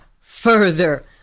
further